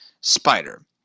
spider